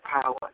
power